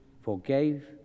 forgave